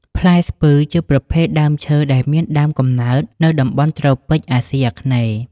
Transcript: ផ្លែ ស្ពឺជាប្រភេទដើមឈើដែលមានដើមកំណើតនៅតំបន់ត្រូពិច អាស៊ីអាគ្នេយ៍ ។